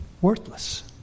worthless